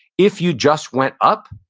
if you just went up,